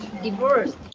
divorced.